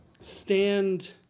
stand